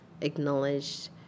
acknowledged